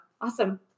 Awesome